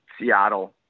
Seattle